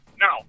Now